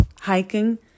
hiking